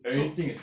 so